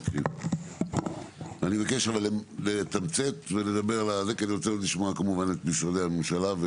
כי אני רוצה לשמוע את משרדי הממשלה.